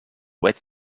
where